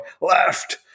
left